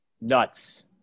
Nuts